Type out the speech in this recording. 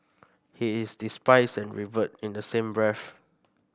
he is despised and revered in the same breath